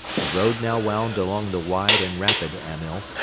the road now wound along the wide and rapid amyl,